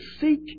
seek